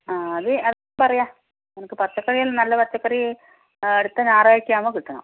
ആ അത് പറയാം എനിക്ക് പച്ചക്കറികൾ നല്ല പച്ചക്കറി അടുത്ത ഞാറാഴ്ച്ച ആവുമ്പോൾ കിട്ടണം